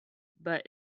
but